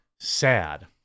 Sad